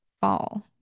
fall